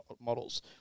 models